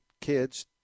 kids